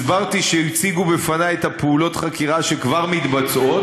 הסברתי שהציגו בפני את פעולות החקירה שכבר מתבצעות.